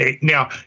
Now